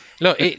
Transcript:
Look